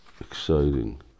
exciting